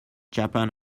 japan